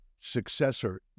successor